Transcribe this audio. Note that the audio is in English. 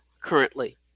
currently